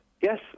Yes